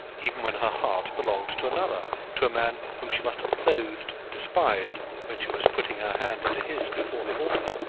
even when her heart belonged to another to a man whom she must have loathed and despised when she was putting her hand into his before the altar.